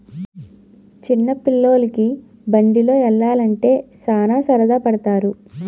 చిన్న పిల్లోలికి బండిలో యల్లాలంటే సాన సరదా పడతారు